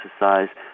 exercise